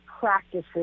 practices